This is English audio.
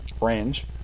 range